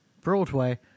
Broadway